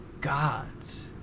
gods